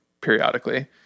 periodically